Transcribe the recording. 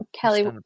Kelly